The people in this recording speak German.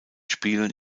spielen